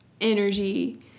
energy